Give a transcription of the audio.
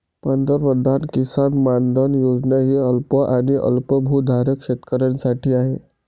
पंतप्रधान किसान मानधन योजना ही अल्प आणि अल्पभूधारक शेतकऱ्यांसाठी आहे